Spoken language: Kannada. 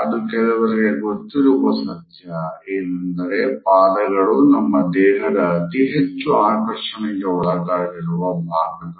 ಇದು ಕೆಲವರಿಗೆ ಗೊತ್ತಿರುವ ಸತ್ಯ ಏನೆಂದರೆ ಪಾದಗಳು ನಮ್ಮ ದೇಹದ ಅತಿ ಹೆಚ್ಚು ಆಕರ್ಷಣೆಗೆ ಒಳಗಾಗಿರುವ ಭಾಗಗಳು